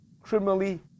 criminally